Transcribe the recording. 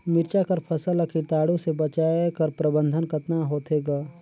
मिरचा कर फसल ला कीटाणु से बचाय कर प्रबंधन कतना होथे ग?